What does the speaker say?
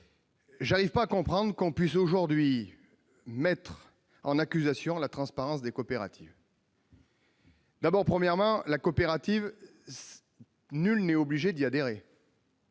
n'arrive pas à comprendre que l'on puisse aujourd'hui mettre en accusation la transparence des coopératives. Premièrement, nul n'est obligé d'adhérer